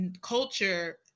culture